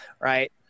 right